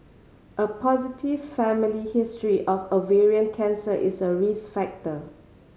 a positive family history of ovarian cancer is a risk factor